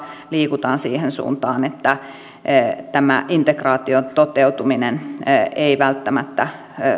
liikutaan siihen suuntaan että tämä integraation toteutuminen ei välttämättä